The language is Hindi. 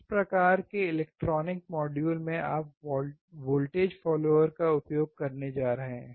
किस प्रकार के इलेक्ट्रॉनिक मॉड्यूल में आप वोल्टेज फॉलोअर का उपयोग करने जा रहे हैं